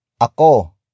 Ako